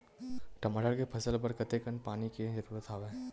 टमाटर के फसल बर कतेकन पानी के जरूरत हवय?